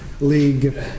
League